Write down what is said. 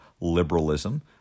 liberalism